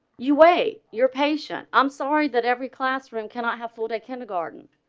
you wait your patience. i'm sorry that every classroom cannot have full day kindergarten,